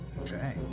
okay